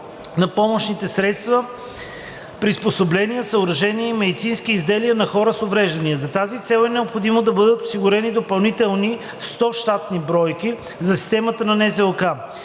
на помощните средства, приспособления, съоръжения и медицински изделия за хора с увреждания. За тази цел е необходимо да бъдат осигурени допълнителни 100 щатни бройки за системата на НЗОК.